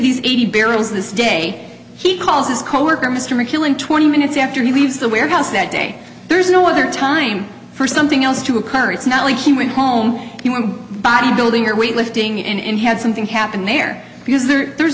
these eighty barrels this day he calls his coworker mystery killing twenty minutes after he leaves the warehouse that day there's no other time for something else to occur it's not like he went home he went to bodybuilding or weightlifting and had something happened there because there's